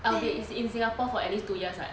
I'll be in singapore for at least two years [what]